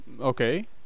Okay